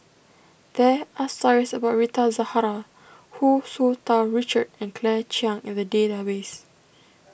there are stories about Rita Zahara Hu Tsu Tau Richard and Claire Chiang in the database